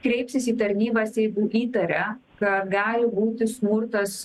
kreipsis į tarnybas jeigu įtaria kad gali būti smurtas